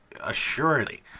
assuredly